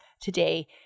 today